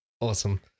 Awesome